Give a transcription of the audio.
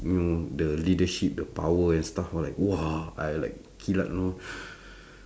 you know the leadership the power and stuff all like !whoa! I like kilat you know